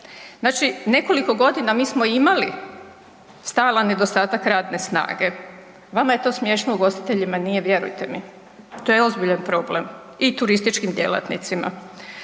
Znači nekoliko godina mi smo imali stalan nedostatak radne snage. Vama je to smiješno, ugostiteljima nije, vjerujte mi. To je ozbiljan problem i turističkim djelatnicima.